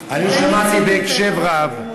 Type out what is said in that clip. אני די מיציתי, אני שמעתי בקשב רב.